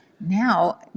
Now